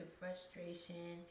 frustration